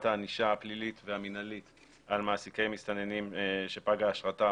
הענישה הפלילית והמינהלית על מעסיקי מסתננים שפגה אשרתם